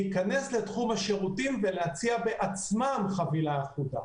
להיכנס לתחום השירותים ולהציע בעצמם חבילה אחודה.